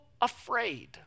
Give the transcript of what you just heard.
afraid